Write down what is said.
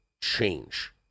change